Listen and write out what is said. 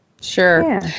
Sure